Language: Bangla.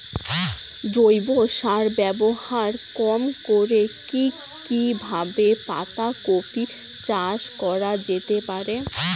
জৈব সার ব্যবহার কম করে কি কিভাবে পাতা কপি চাষ করা যেতে পারে?